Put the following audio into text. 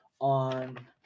On